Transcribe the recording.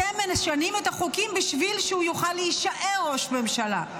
--- אתם משנים את החוקים בשביל שהוא יוכל להישאר ראש ממשלה,